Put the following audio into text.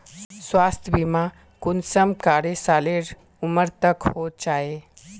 स्वास्थ्य बीमा कुंसम करे सालेर उमर तक होचए?